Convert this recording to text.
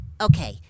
Okay